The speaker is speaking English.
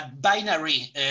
binary